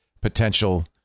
potential